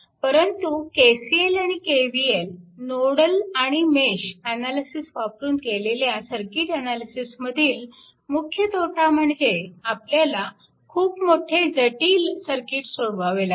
परंतु KCL आणि KVL nodal आणि मेश अनालिसिस वापरून केलेल्या सर्किट अनालिसिसमधील मुख्य तोटा म्हणजे आपल्याला खूप मोठे जटिल सर्किट सोडवावे लागते